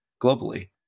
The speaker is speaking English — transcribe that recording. globally